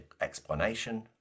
explanation